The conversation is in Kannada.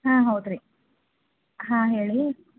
ಹಾಂ ಹೌದು ರೀ ಹಾಂ ಹೇಳಿ